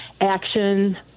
action